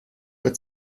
wird